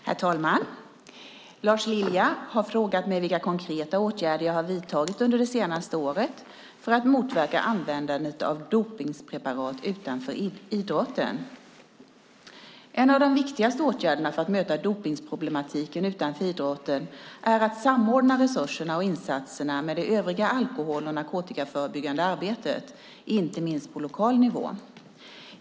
Herr talman! Lars Lilja har frågat mig vilka konkreta åtgärder jag har vidtagit under det senaste året för att motverka användandet av dopningspreparat utanför idrotten. En av de viktigaste åtgärderna för att möta dopningsproblematiken utanför idrotten är att samordna resurserna och insatserna med det övriga alkohol och narkotikaförebyggande arbetet, inte minst på lokal nivå.